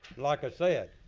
like i said,